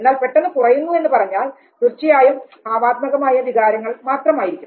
എന്നാൽ പെട്ടെന്ന് കുറയുന്നു എന്നുപറഞ്ഞാൽ തീർച്ചയായും ഭാവാത്മകമായ വികാരങ്ങൾ മാത്രമായിരിക്കും